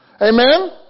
Amen